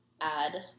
add